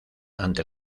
ante